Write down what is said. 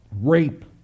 rape